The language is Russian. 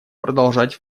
продолжать